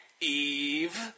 Eve